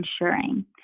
ensuring